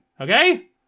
okay